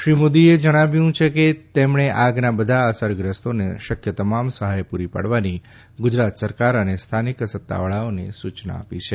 શ્રી મોદીએ જણાવ્યું છે કે તેમણે આગના બધા અસરગ્રસ્તોને શક્ય તમામ સહાય પુરી પાડવાની ગુજરાત સરકાર અને સ્થાનિક સત્તાવાળાઓને સૂચના આપી છે